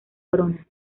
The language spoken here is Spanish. corona